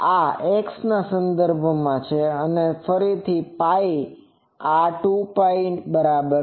તેથી આ X ના સંદર્ભમાં છે અને તે ફરીથી આ π છે આ 2π છે બરાબર